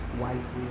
wisely